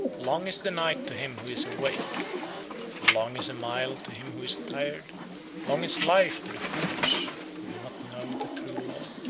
long is the night to him who is awake long is a mile to him who is tired long is life to the foolish who do not know the true law.